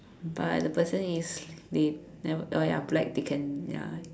but the person is wait oh ya black they can ya